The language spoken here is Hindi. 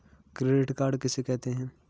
क्रेडिट कार्ड किसे कहते हैं?